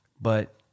But-